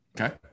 Okay